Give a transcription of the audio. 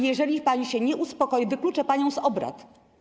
Jeżeli pani się nie uspokoi, wykluczę panią z obrad.